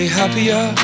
happier